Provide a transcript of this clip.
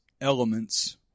elements